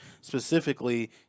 specifically